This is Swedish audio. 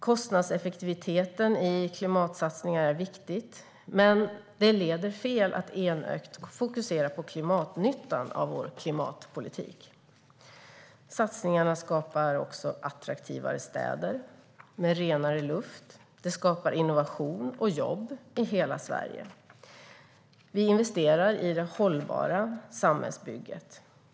Kostnadseffektiviteten i klimatsatsningar är viktig, men det leder fel att enögt fokusera på klimatnyttan av vår klimatpolitik. Satsningarna skapar attraktivare städer med renare luft och skapar innovation och jobb i hela Sverige. Vi investerar i det hållbara samhällsbygget.